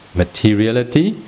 materiality